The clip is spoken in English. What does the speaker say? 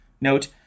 Note